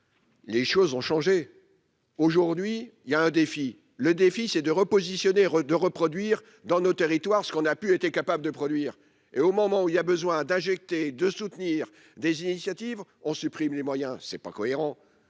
Les choses ont changé : aujourd'hui, il y a un défi, le défi, c'est de repositionner de reproduire dans nos territoires, ce qu'on a pu été capable de produire et au moment où il y a besoin d'injecter de soutenir des initiatives, on supprime les moyens c'est pas cohérent,